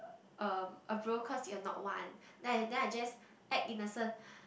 uh a bro cause you are not one then I then I just act innocent